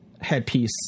headpiece